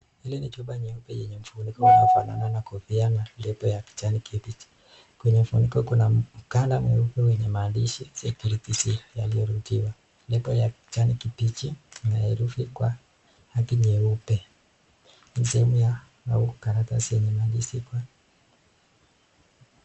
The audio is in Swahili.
Hili ni chupa nyeupe yenye mfuniko unaofanana kofia na lebo ya kijani kibichi, kwenye funiko kuna mkanda mweupe wenye maandishi Security seal yaliyo rudiwa, lebo yake ya kijani kibichi na herufi kwa rangi nyeupe, ni sehemu ya au karatasi yenye maandishi kwa ...